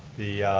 the